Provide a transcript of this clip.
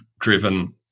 driven